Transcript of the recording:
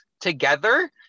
together